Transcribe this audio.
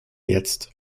jetzt